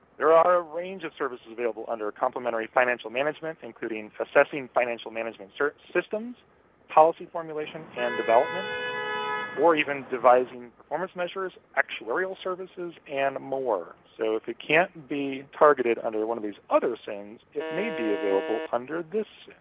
there are a range of services available under complementary financial management, including assessing financial management so systems policy formulation and development or even devising performance measures, actuarial services, and more. so if it can't be targeted under one of these other sin's, it may be available under this